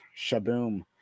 Shaboom